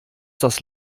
das